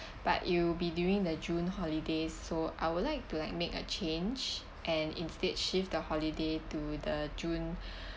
but it'll be during the june holidays so I would like to like make a change and instead shift the holiday to the june